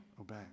obey